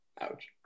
Ouch